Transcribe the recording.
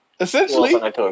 Essentially